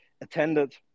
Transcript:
attended